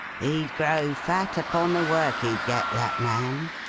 he'd grow fat upon the work he'd get, that man,